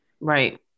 right